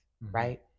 right